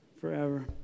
forever